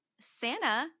Santa